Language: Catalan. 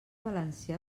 valencià